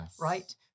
right